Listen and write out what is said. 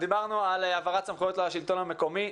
דיברנו על העברת סמכויות לשלטון המקומי.